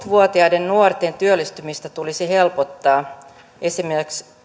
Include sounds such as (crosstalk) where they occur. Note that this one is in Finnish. (unintelligible) vuotiaiden nuorten työllistymistä tulisi helpottaa esimerkiksi